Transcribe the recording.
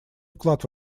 вклад